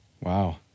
Wow